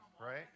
Right